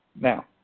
Now